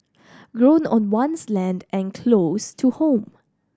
grown on one's land and close to home